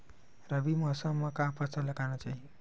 रबी मौसम म का फसल लगाना चहिए?